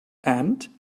and